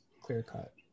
clear-cut